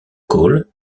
cole